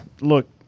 Look